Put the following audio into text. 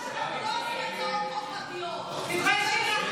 ההצעה להעביר לוועדה את הצעת חוק הדחת נציג ציבור התומך במאבק